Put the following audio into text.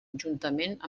juntament